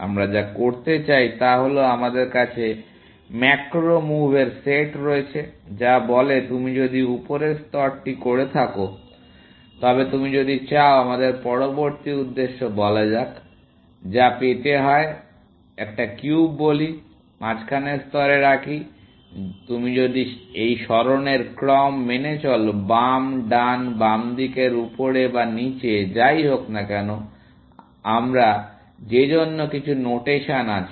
আমরা যা করতে চাই তা হল আমাদের কাছে ম্যাক্রো মুভের সেট রয়েছে যা বলে তুমি যদি উপরের স্তরটি করে থাকো তবে তুমি যদি চাও আমাদের পরবর্তী উদ্দেশ্য বলা যাক যা পেতে হয় একটা কিউব বলি মাঝখানের স্তরে রাখি তুমি যদি এই সরণের ক্রম মেনে চলো বাম ডান বামদিকের উপরে বা নিচে যাই হোক না কেন আমরা যে জন্য কিছু নোটেশন আছে